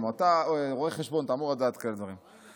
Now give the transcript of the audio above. אתה רואה חשבון, אתה אמור לדעת דברים כאלה.